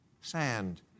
Sand